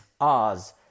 Oz